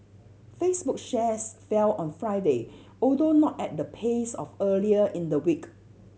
Facebook shares fell on Friday although not at the pace of earlier in the week